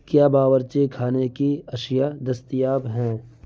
کیا باورچی خانے کی اشیا دستیاب ہیں